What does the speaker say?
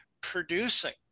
producing